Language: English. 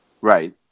Right